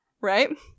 right